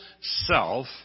self